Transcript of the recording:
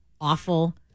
awful